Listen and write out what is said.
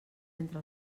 entre